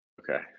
Okay